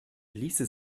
ließe